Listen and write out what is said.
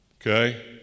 Okay